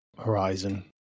horizon